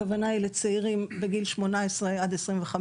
הכוונה היא לצעירים בגילאי 18 - 25,